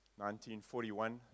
1941